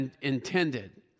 intended